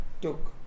took